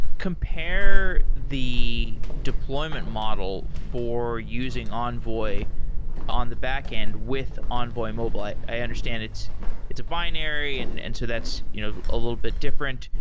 compare the deployment model for using envoy on the backend with envoy mobile. i i understand it's it's a binary, and and so that's you know a little bit different.